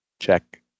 Check